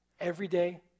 everyday